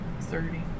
Thirty